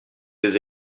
des